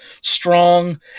strong